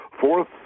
fourth